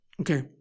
Okay